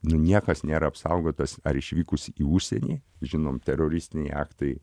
nu niekas nėra apsaugotas ar išvykus į užsienį žinom teroristiniai aktai